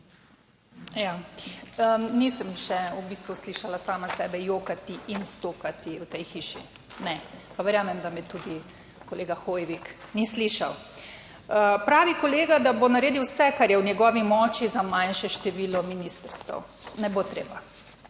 Ja, nisem še v bistvu slišala sama sebe jokati in stokati v tej hiši, ne, pa verjamem, da me tudi kolega Hoivik ni slišal. Pravi kolega, da bo naredil vse, kar je v njegovi moči, za manjše število ministrstev. Ne bo treba.